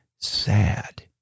sad